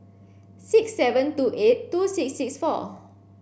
six seven two eight two six six four